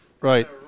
Right